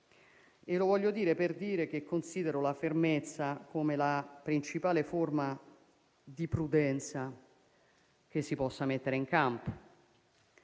e prudenza, perché considero la fermezza come la principale forma di prudenza che si possa mettere in campo.